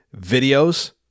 videos